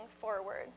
forward